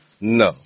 no